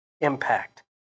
impact